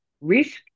risk